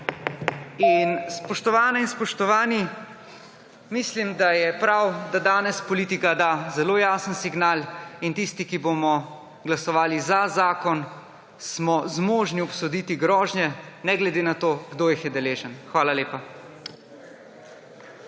ne. Spoštovane in spoštovani! Mislim, da je prav, da danes politika da zelo jasen signal. In tisti, ki bomo glasovali za zakon, smo zmožni obsoditi grožnje, ne glede na to, kdo jih je deležen. Hvala lepa.